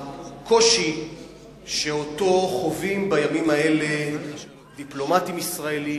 הקושי שאותו חווים בימים האלה דיפלומטים ישראלים,